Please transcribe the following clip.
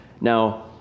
Now